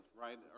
right